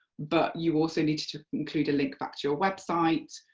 but you also needed to include a link back to your website,